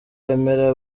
bemera